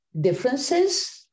differences